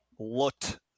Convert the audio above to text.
looked